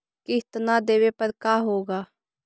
किस्त न देबे पर का होगा?